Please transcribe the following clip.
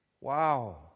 Wow